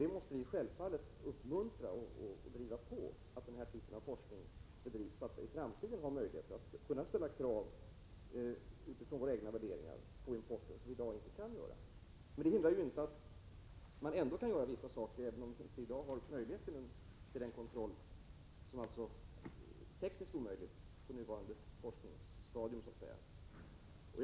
Vi måste självfallet uppmuntra och driva på, så att den här typen av forskning bedrivs och vi i framtiden har möjlighet att ställa krav på importen utifrån våra egna värderingar, vilket vi inte kan göra i dag. Även om kontroll i dag är tekniskt omöjlig, har vi möjlighet att vidta vissa åtgärder.